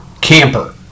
camper